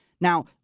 Now